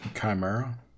chimera